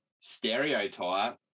stereotype